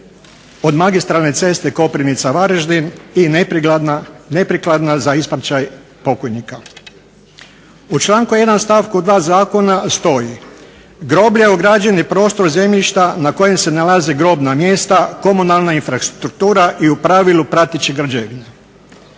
od magistralne ceste Koprivnica-Varaždin i neprikladna za ispraćaj pokojnika. U članku 1. stavku 2. Zakona stoji "Groblje je ograđeni prostor zemljišta na kojem se nalaze grobna mjesta, komunalna infrastruktura i u pravilu prateće građevine".